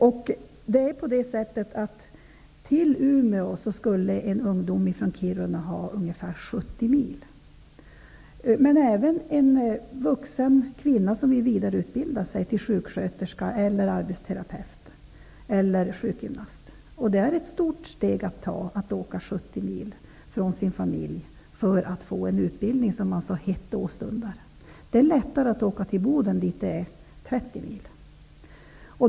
En ungdom från Kiruna har ca 70 mil till Luleå. Det är ett stort steg för även en vuxen kvinna som vill vidareutbilda sig till sjuksköterska, arbetsterapeut eller till sjukgymnast att åka 70 mil från sin familj för att få en utbildning som hon hett åstundar. Det är lättare att åka till Boden, dit det är 30 mil.